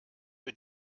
für